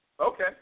Okay